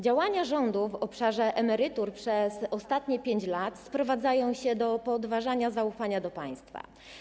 Działania rządu w obszarze emerytur przez ostatnie 5 lat sprowadzają się do podważania zaufania do państwa.